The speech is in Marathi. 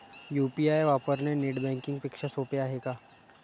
यु.पी.आय वापरणे नेट बँकिंग पेक्षा सोपे आहे का?